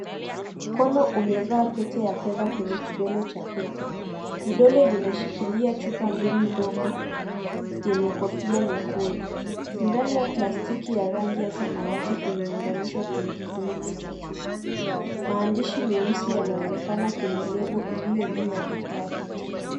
Mkono imevaa Pete wa fedha jwenye kidole cha Pete vidole vinashikilia chupa mbili ndogo yenye kofia nyekundu ndani ya plastiki ya rangi ya samawati imeunganishwa kwenye kifiniko cha chupa maandishi meusi yanaonekana kwenye lebo iliyojuu ya kifaa hi cho.